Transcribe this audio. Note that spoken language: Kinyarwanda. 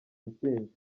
intsinzi